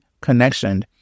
connection